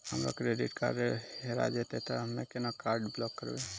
हमरो credit card हेरा जेतै ते हम्मय केना कार्ड ब्लॉक करबै?